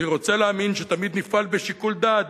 אני רוצה להאמין שתמיד נפעל בשיקול דעת,